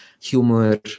humor